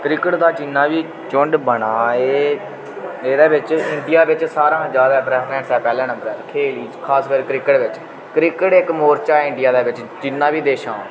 cricket दा जिन्ना बी झुण्ड बने दा एह् एह्दे बिच्च इंडिया बिच्च सारें हा ज्यादा परेफरेंस ऐ पैह्ले नम्बरै खेल बिच्च खास कर क्रिकेट बिच्च क्रिकेट इक मोर्चा ऐ इंडिया दे बिच्च जिन्ने बी देशें दा